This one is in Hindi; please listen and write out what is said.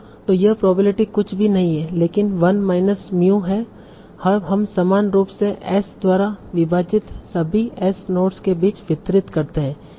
तो यह प्रोबेबिलिटी कुछ भी नहीं है लेकिन 1 माइनस mu है हम समान रूप से S द्वारा विभाजित सभी S नोड्स के बीच वितरित करते हैं